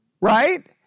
right